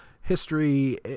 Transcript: history